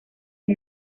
del